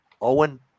Owen